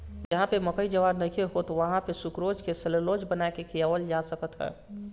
जहवा पे मकई ज्वार नइखे होत वहां पे शुगरग्रेज के साल्लेज बना के खियावल जा सकत ह